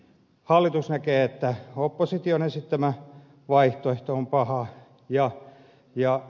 hallitus näkee että opposition esittämä vaihtoehto on paha